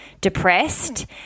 depressed